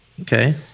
Okay